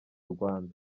rwanda